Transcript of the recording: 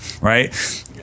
right